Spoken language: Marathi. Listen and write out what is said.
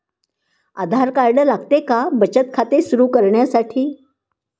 आधार कार्ड लागते का बचत खाते सुरू करण्यासाठी?